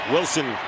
Wilson